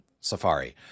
safari